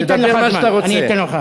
תדבר מה שאתה רוצה, אני אתך.